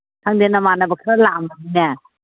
ꯈꯪꯗꯦ ꯅꯃꯥꯟꯅꯕ ꯈꯔ ꯂꯥꯛꯑꯝꯕꯅꯤꯅꯦ